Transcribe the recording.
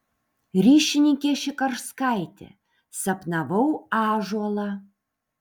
ryšininkė šikarskaitė sapnavau ąžuolą